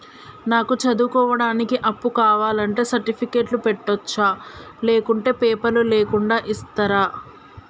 నాకు చదువుకోవడానికి అప్పు కావాలంటే సర్టిఫికెట్లు పెట్టొచ్చా లేకుంటే పేపర్లు లేకుండా ఇస్తరా?